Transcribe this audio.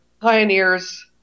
Pioneers